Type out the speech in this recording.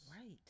Right